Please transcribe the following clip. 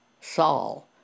Saul